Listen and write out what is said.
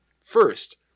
First